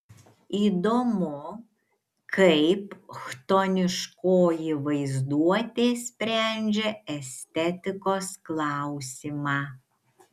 įdomu kaip chtoniškoji vaizduotė sprendžia estetikos klausimą